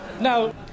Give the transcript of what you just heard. Now